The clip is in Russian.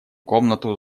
комнату